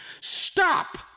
Stop